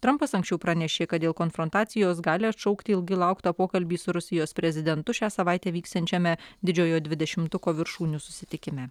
trampas anksčiau pranešė kad dėl konfrontacijos gali atšaukti ilgai lauktą pokalbį su rusijos prezidentu šią savaitę vyksiančiame didžiojo dvidešimtuko viršūnių susitikime